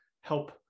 help